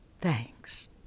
Thanks